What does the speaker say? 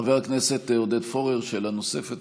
חבר הכנסת עודד פורר, שאלה נוספת.